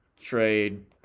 trade